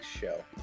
show